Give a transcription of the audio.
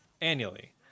annually